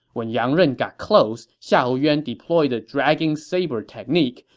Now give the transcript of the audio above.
when yang ren got close, xiahou yuan deployed the dragging-saber technique,